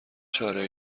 چاره